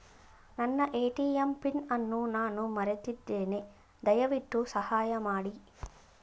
ನನ್ನ ATM PIN ಅನ್ನು ನಾನು ಮರೆತಿದ್ದೇನೆ, ದಯವಿಟ್ಟು ಸಹಾಯ ಮಾಡಿ